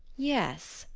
yes,